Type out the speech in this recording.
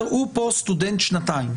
הוא סטודנט כאן במשך שנתיים.